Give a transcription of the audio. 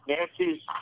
Nancy's